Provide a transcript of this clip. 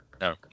No